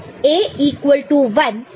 तो A0 equal to 1 के लिए F0 0 है